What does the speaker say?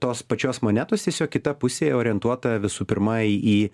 tos pačios monetos tiesiog kita pusė orientuota visų pirma į